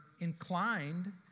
inclined